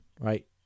right